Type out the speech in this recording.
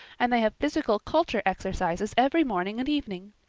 and they have physical culture exercises every morning and evening.